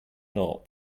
not